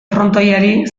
frontoiari